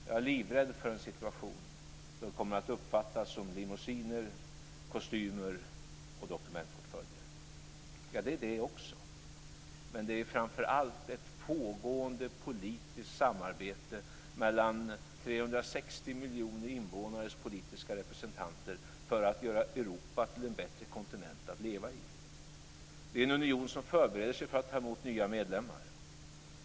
Jag är livrädd för en situation där det kommer att uppfattas som limousiner, kostymer och dokumentportföljer. Ja, det är detta också. Men det är framför allt ett pågående politiskt samarbete mellan 360 miljoner invånares politiska representanter för att göra Europa till en bättre kontinent att leva i. Det är en union som förbereder sig för att ta emot nya medlemmar.